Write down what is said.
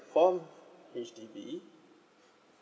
form H_D_B